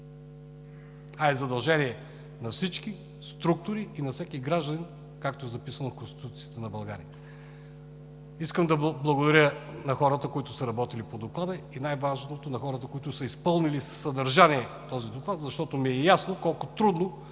а е задължение на всички структури и на всеки гражданин, както е записано в Конституцията на България. Искам да благодаря на хората, които са работили по Доклада, и най-важното, на хората, които са изпълнили със съдържание този доклад, защото ми е ясно колко трудно